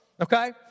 Okay